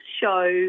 show